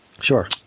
Sure